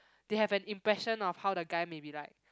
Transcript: they have an impression of how the guy may be like